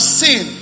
sin